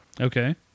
okay